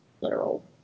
literal